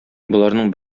боларның